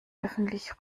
öffentlich